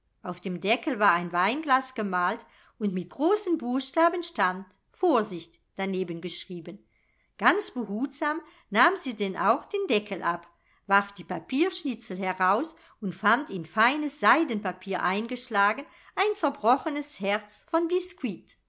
auf dem deckel war ein weinglas gemalt und mit großen buchstaben stand vorsicht daneben geschrieben ganz behutsam nahm sie denn auch den deckel ab warf die papierschnitzel heraus und fand in feines seidenpapier eingeschlagen ein zerbrochenes herz von bisquit